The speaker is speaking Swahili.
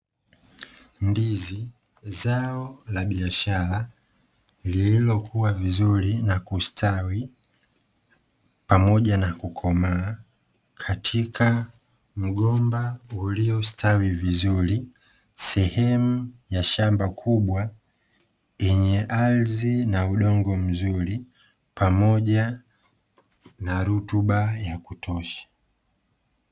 Ndizi zao la biashara, lililokuwa vizuri na kustawi pamoja na kukomaa, katika mgomba uliostawi vizuri, sehemu ya shamba kubwa yenye ardhi na udongo mzuri, pamoja na rutuba ya kutosha.